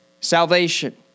salvation